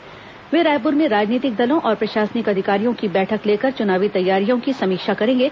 कल वे रायपुर में राजनीतिक दलों और प्रशासनिक अधिकारियों की बैठक लेकर चुनावी तैयारियों की समीक्षा करेंगे